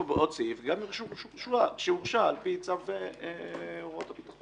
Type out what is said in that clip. סעיף שמכליל גם את צו הוראות הביטחון.